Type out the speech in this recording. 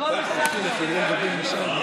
כל השאר, לא.